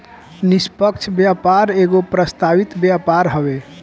निष्पक्ष व्यापार एगो प्रस्तावित व्यापार हवे